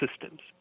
systems